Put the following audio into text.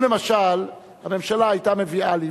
אם למשל הממשלה היתה מביאה לי,